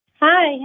Hi